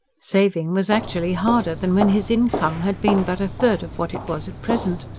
saving was actually harder than when his income had been but a third of what it was at present.